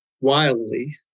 wildly